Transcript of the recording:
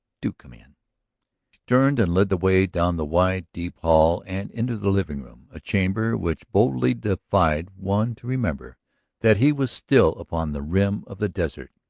do come in. she turned and led the way down the wide, deep hall and into the living-room, a chamber which boldly defied one to remember that he was still upon the rim of the desert.